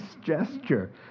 gesture